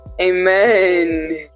amen